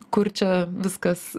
kur čia viskas